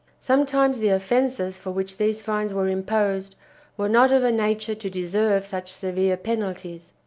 sometimes the offenses for which these fines were imposed were not of a nature to deserve such severe penalties.